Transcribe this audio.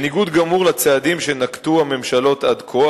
בניגוד גמור לצעדים שנקטו הממשלות עד כה,